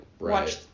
watch